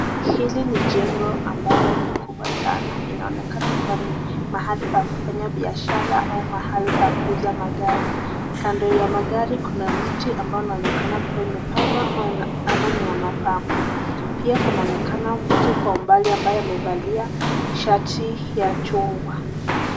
Hili ni jengo ambayo ni kubwa sana. Inaonekana kuwa ni mahali pa kufanya biashara au mahali pa kuuza magari. Kando ya magari kuna mti ambayo inaonekana kuwa imepandwa ama ni ya mapambo. Pia kunaonekana mtu kwa umbali ambaye amevalia shati ya chungwa.